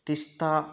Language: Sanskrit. तिस्ता